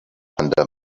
under